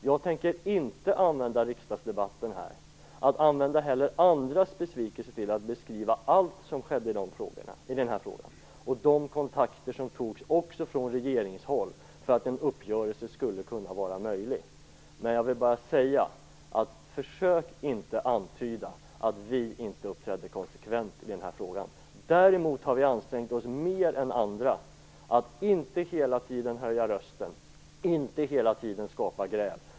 Jag tänker inte använda riksdagsdebatten eller andras besvikelse till att beskriva allt som skedde i den här frågan och de kontakter som togs också från regeringshåll för att en uppgörelse skulle kunna vara möjlig. Men försök inte antyda att vi i Centern inte uppträdde konsekvent i den här frågan. Däremot har vi ansträngt oss mer än andra att inte hela tiden höja rösten och inte hela tiden skapa gräl.